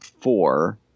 four